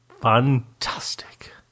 fantastic